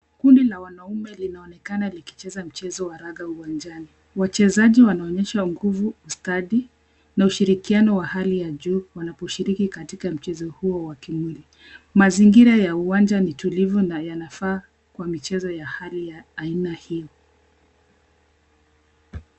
Kundi la wanaume linaonekana likicheza mchezo wa raga uwanjani. Wachezaji wanaonyesha nguvu, ustadi na ushirikiano wa hali ya juu wanaposhiriki katika mchezo huo wa kimwili .Mazingira ya uwanja ni tulivu na yanafaa kwa michezo ya hali ya aina hii.